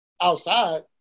outside